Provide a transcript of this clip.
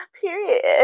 Period